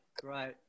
great